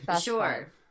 Sure